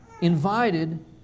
invited